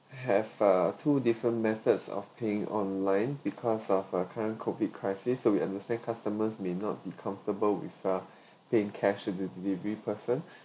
have uh two different methods of paying online because of uh current COVID crisis so we understand customers may not be comfortable with uh paying cash to delivery person